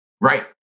Right